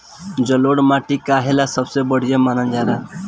जलोड़ माटी काहे सबसे बढ़िया मानल जाला?